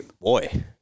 boy